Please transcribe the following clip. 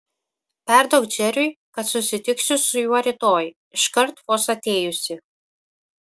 perduok džeriui kad susitiksiu su juo rytoj iškart vos atėjusi